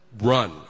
run